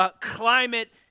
climate